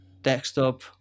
desktop